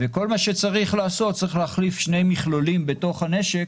וכל מה שצריך לעשות זה להחליף שני מכלולים בתוך הנשק